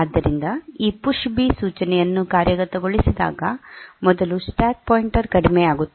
ಆದ್ದರಿಂದ ಈ push B ಸೂಚನೆಯನ್ನು ಕಾರ್ಯಗತಗೊಳಿಸಿದಾಗ ಮೊದಲು ಸ್ಟ್ಯಾಕ್ ಪಾಯಿಂಟರ್ ಕಡಿಮೆಯಾಗುತ್ತದೆ